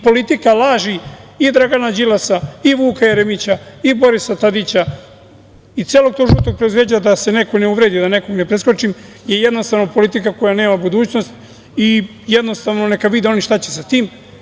Politika laži i Dragana Đilasa i Vuka Jeremića i Borisa Tadića i celog tog žutog preduzeća, da se neko ne uvredi, da nekoga ne preskočim, je jednostavno politika koja nema budućnost i neka vide oni šta će sa tim.